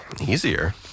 easier